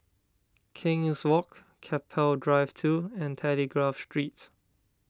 King's Walk Keppel Drive two and Telegraph Street